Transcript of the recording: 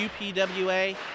UPWA